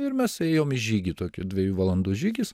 ir mes ėjom į žygį tokį dviejų valandų žygis